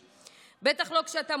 בטח לא כשאתה מוביל אנשים